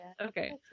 Okay